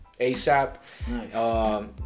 ASAP